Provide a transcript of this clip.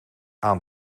aan